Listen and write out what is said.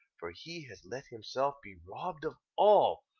for he has let himself be robbed of all,